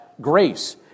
grace